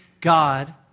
God